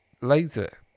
later